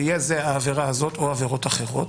ויהיה זה העבירה הזאת או עבירות אחרות,